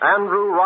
Andrew